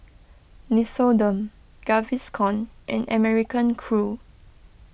Nixoderm Gaviscon and American Crew